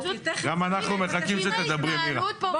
פשוט אם ההתנהלות פה היא --- אז גם אני